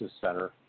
center